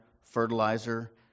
fertilizer